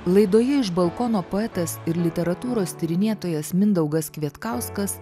laidoje iš balkono poetas ir literatūros tyrinėtojas mindaugas kvietkauskas